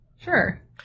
Sure